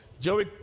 Joey